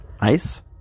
Ice